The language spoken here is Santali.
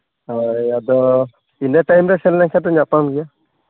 ᱦᱳᱭ ᱟᱫᱚ ᱤᱱᱟᱹ ᱴᱟᱭᱤᱢ ᱨᱮ ᱥᱮᱱᱞᱮᱱᱠᱷᱟᱱ ᱧᱟᱯᱟᱢ ᱜᱮᱭᱟ